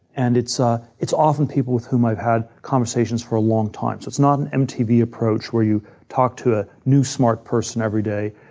and it's ah it's often people with whom i've had conversations for a long time. so it's not an mtv approach where you talk to a new smart person every day.